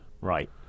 Right